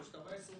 כמו שאתה רואה,